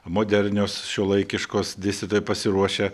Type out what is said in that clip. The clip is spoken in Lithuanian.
modernios šiuolaikiškos dėstytojai pasiruošę